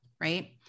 right